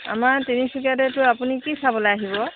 আমাৰ তিনিচুকীয়াত এইট আপুনি কি চাবলৈ আহিব